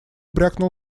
брякнул